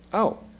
oh,